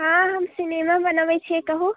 हँ हम सिनेमा बनऽबै छियै कहू